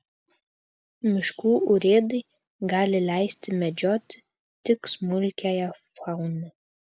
miškų urėdai gali leisti medžioti tik smulkiąją fauną